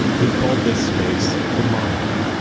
he called this space the monitor,